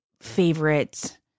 favorite